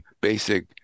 basic